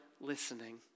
listening